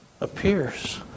appears